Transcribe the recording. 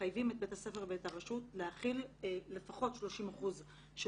מחייבים את בית הספר ואת הרשות להחיל לפחות 30% של